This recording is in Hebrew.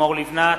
לימור לבנת,